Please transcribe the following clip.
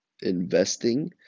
investing